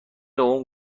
اون